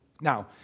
Now